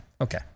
Okay